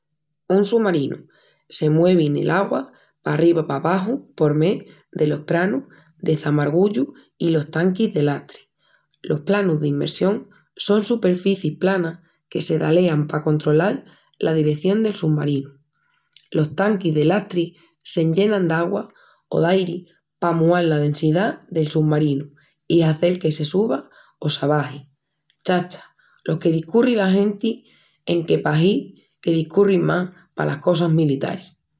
Un sumarinu se muevi nel augua parriba o pabaxu por mé delos pranus de çamargullu i los tanquis de lastri. Los planus d'inmersión son superficis planas que se dalean pa controlal la direción del submarinu. Los tanquis de lastri s'enllenan d'agua o d'airi pa mual la densidá del sumarinu i hazel que se suba o s'abaxi. Chacha, lo que discurri la genti enque pahi que discurrin más palas cosas miltaris!